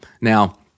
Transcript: Now